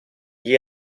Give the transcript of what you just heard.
gli